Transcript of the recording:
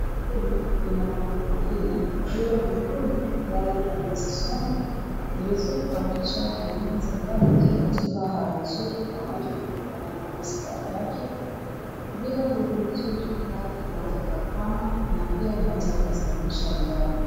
Hili ni lina gurudumu nne. Lina gurudumu gari haiwezi songa. Ni vizuri kuhakikisha magurudumu za gari ziko katika hali nzuri wakati mtu anapofanya safari yake. Bila gurudumu nzuri, gari linaweza likakwama na pia linaweza likasababisha ajali.